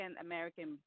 American